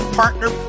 partner